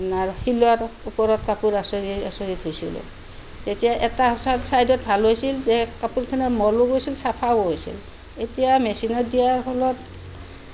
আমাৰ শিলৰ ওপৰত কাপোৰ এচাৰি এচাৰি ধুইছিলোঁ এতিয়া এটা ছাই ছাইডত ভাল হৈছিল যে কাপোৰখিনিৰ মলো গৈছিল চাফাও হৈছিল এতিয়া মেচিনত দিয়াৰ ফলত